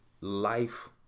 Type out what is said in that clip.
life